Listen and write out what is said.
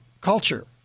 culture